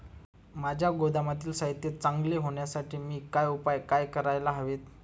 माझ्या गोदामातील साहित्य चांगले राहण्यासाठी मी काय उपाय काय करायला हवेत?